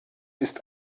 ist